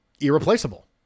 irreplaceable